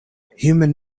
human